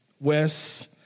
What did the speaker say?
Wes